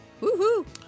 Woo-hoo